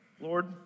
Lord